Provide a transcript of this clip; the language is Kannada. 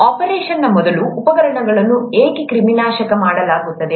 ಆಪರೇಷನ್ನ ಮೊದಲು ಉಪಕರಣಗಳನ್ನು ಏಕೆ ಕ್ರಿಮಿನಾಶಕ ಮಾಡಲಾಗುತ್ತದೆ